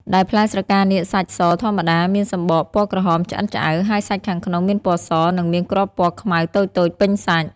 ដែលផ្លែស្រកានាគសាច់សធម្មតា មានសម្បកពណ៌ក្រហមឆ្អិនឆ្អៅ ហើយសាច់ខាងក្នុងមានពណ៌ស និងមានគ្រាប់ពណ៌ខ្មៅតូចៗពេញសាច់។